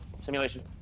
Simulation